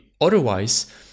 otherwise